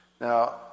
Now